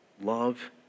love